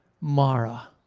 mara